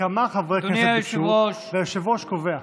והיושב-ראש קובע.